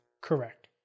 Correct